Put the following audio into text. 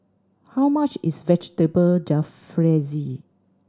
how much is Vegetable Jalfrezi